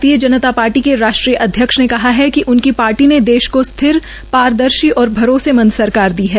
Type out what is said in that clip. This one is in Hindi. भारतीय जनता पार्टी के राष्ट्रीय अध्यक्ष अमित शाह ने कहा है कि उनकी पार्टी ने देश को स्थिर पारदर्शी और भरोसेमंद सरकार दी है